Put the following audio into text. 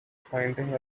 finding